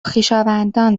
خویشاوندان